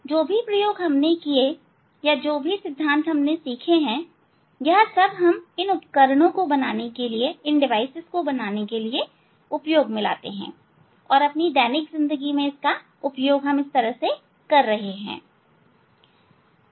जो भी प्रयोग हमने किए है जो भी सिद्धांत हमने सीखा है यह सब हम इन उपकरण को बनाने के लिए उपयोग में लाते हैं और अपनी दैनिक जिंदगी में इसका उपयोग कर रहे हैं आप उनका उपयोग कर रहे हैं